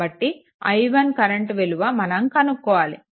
కాబట్టి i1 current విలువ మనం కనుక్కోవాలి